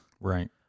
right